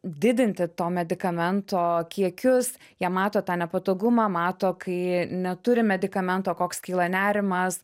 didinti to medikamento kiekius jie mato tą nepatogumą mato kai neturi medikamento koks kyla nerimas